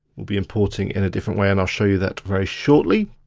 we'll be importing in a different way and i'll show you that very shortly.